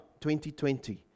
2020